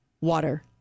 water